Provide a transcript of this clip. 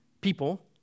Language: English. people